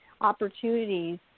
opportunities